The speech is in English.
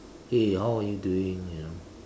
hey how are you doing you know